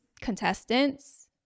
contestants